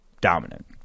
dominant